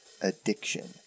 addiction